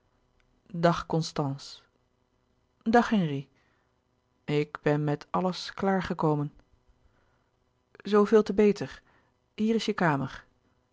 dag constance dag henri ik ben met alles klaar gekomen zoo veel te beter hier is je kamer